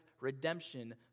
redemption